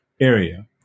area